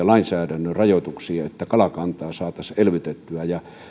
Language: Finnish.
lainsäädännön rajoituksiin mentiin että kalakantaa saataisiin elvytettyä